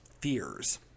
fears